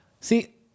See